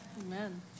Amen